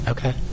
Okay